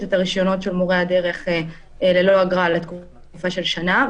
את הרישיונות של מורי הדרך ללא אגרה לתקופה של שנה,